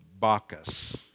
Bacchus